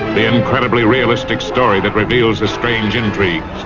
the incredibly realistic story that reveals the strange intrigues,